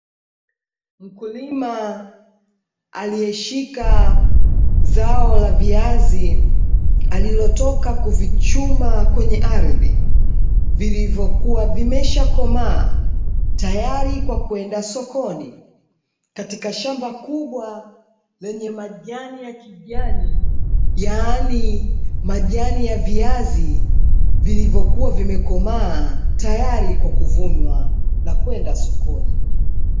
Mkulima aliyeshika zao la viazi alivotoka kuvichuma kwenye ardhi vilivokuwa vimeshakomaa, tayari kwa kwenda sokoni katika shamba kubwa lenye majani ya kijani yaani majani ya viazi vilivokuwa vimekomaa tayari kwa kuvuna na kwenda sokoni.